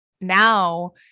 now